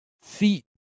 feet